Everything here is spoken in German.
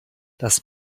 das